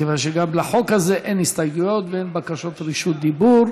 מכיוון שגם לחוק הזה אין הסתייגויות ואין בקשות רשות דיבור.